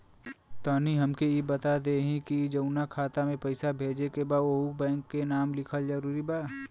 तनि हमके ई बता देही की जऊना खाता मे पैसा भेजे के बा ओहुँ बैंक के नाम लिखल जरूरी बा?